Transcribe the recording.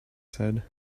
said